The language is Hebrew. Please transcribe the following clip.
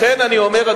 לכן אני אומר,